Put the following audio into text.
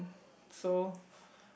so